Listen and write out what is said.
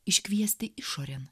iškviesti išorėn